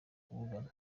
kuvugana